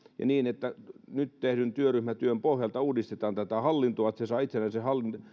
niin että nyt tehdyn työryhmätyön pohjalta uudistetaan tätä hallintoa että se saa itsenäisen